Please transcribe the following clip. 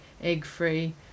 egg-free